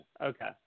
Okay